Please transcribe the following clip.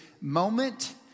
moment